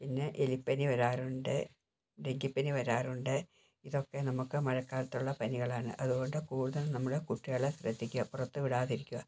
പിന്നെ എലിപ്പനി വരാറുണ്ട് ഡെങ്കിപ്പനി വരാറുണ്ട് ഇതൊക്കെ നമുക്ക് മഴക്കാലത്തുള്ള പനികളാണ് അത് കൊണ്ട് കൂടുതൽ നമ്മള് കുട്ടികളെ ശ്രദ്ധിക്കുക പുറത്ത് വിടാതിരിക്കുക